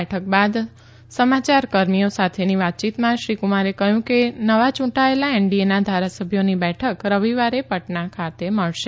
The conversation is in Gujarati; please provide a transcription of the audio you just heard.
બેઠક બાદ સમાચારકર્મીઓ સાથેની વાતચીતમાં શ્રી કુમારે કહ્યું કે નવા ચૂંટાયેલા એનડીએના ધારાસભ્યોની બેઠક રવિવારે પટના ખાતે મળેશે